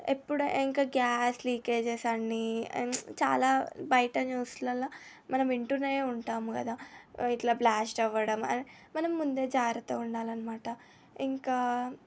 ఎప్పుడు ఇంకా gas leakages అనీ చాలా బయట న్యూస్లలో మనం వింటూనే ఉంటాము కదా ఇట్ల బ్లాస్ట్ అవ్వడం మనం ముందే జాగ్రత్తగా ఉండాలన్నమాట ఇంకా